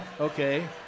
Okay